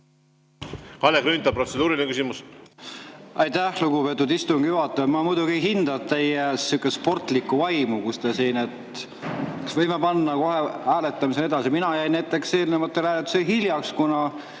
Kalle Grünthal, protseduuriline küsimus.